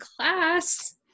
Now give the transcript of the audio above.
class